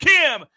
Kim